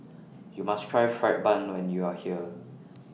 YOU must Try Fried Bun when YOU Are here